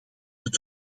het